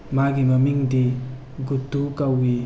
ꯃꯥꯒꯤ ꯃꯃꯤꯡꯗꯤ ꯒꯨꯞꯇꯨ ꯀꯧꯋꯤ